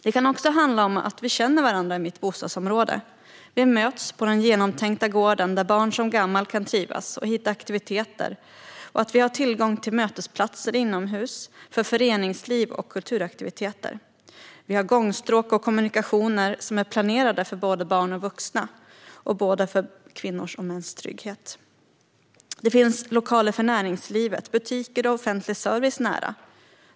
Det kan också handla om att vi känner varandra i mitt bostadsområde. Vi möts på den genomtänka gården där barn som gammal kan trivas och hitta aktiviteter och att vi har tillgång till mötesplatser inomhus för föreningsliv och kulturaktiviteter. Vi har gångstråk och kommunikationer som är planerade för både barn och vuxna, för både kvinnors och mäns trygghet. Det finns lokaler för näringslivet, butiker och offentlig service nära.